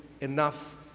Enough